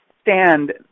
stand